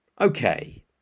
Okay